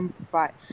spot